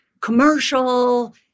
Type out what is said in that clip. commercial